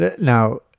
Now